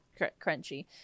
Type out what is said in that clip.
crunchy